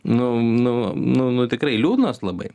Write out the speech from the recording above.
nu nu nu nu tikrai liūdnos labai